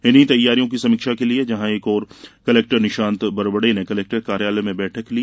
इन्ही तैयारियों की समीक्षा के लिये जहां एक और कलेक्टर निशांत वरवड़े ने कलेक्टर कार्यालय में बैठक ली